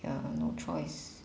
ya no choice